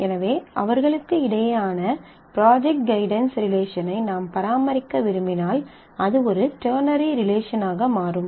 எனவே அவர்களுக்கு இடையேயான ப்ராஜெக்ட் கைடன்ஸ் ரிலேஷனை நாம் பராமரிக்க விரும்பினால் அது ஒரு டெர்னரி ரிலேஷனாக மாறும்